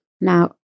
now